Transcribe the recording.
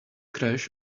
crash